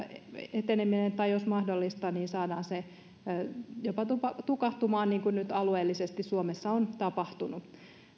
eteneminen tai jos mahdollista saadaan se jopa tukahtumaan niin kuin nyt alueellisesti suomessa on tapahtunut